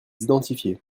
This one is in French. identifiée